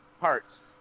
parts